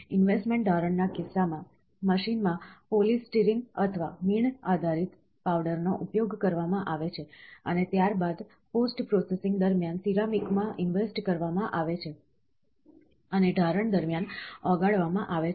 investment ઢારણ ના કિસ્સામાં મશીનમાં પોલિસ્ટરીન અથવા મીણ આધારિત પાવડરનો ઉપયોગ કરવામાં આવે છે અને ત્યારબાદ પોસ્ટ પ્રોસેસિંગ દરમિયાન સિરામિકમાં ઇન્વેસ્ટ કરવામાં આવે છે અને ઢારણ દરમિયાન ઓગાળવામાં આવે છે